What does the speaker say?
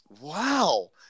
Wow